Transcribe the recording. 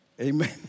Amen